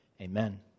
amen